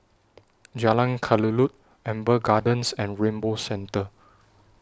Jalan Kelulut Amber Gardens and Rainbow Centre